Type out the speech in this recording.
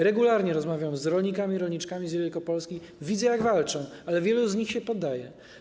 Regularnie rozmawiam z rolnikami i rolniczkami z Wielkopolski, widzę, jak walczą, ale wielu z nich się poddaje.